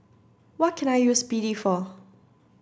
what can I use B D for